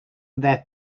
that